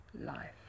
life